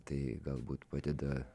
tai galbūt padeda